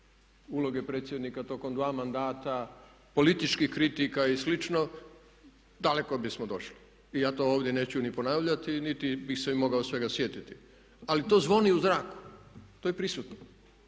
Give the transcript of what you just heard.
uloge predsjednika tokom 2 mandata, političkih kritika i slično daleko bismo došli. I ja to ovdje neću ni ponavljati niti bih se i mogao svega sjetiti ali to zvoni u zraku, to je prisutno.